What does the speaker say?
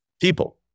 people